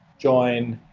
join,